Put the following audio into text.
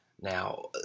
Now